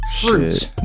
fruits